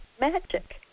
magic